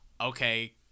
okay